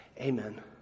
Amen